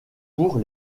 pour